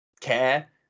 care